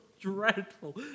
dreadful